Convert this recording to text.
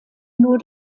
nur